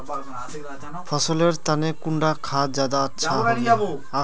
फसल लेर तने कुंडा खाद ज्यादा अच्छा हेवै?